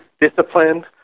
disciplined